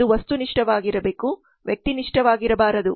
ಅದು ವಸ್ತುನಿಷ್ಠವಾಗಿರಬೇಕು ವ್ಯಕ್ತಿನಿಷ್ಠವಾಗಿರಬಾರದು